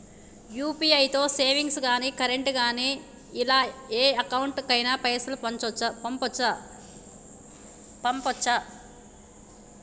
UPI తో savings గాని current గాని ఇలా ఏ అకౌంట్ కైనా పైసల్ పంపొచ్చా?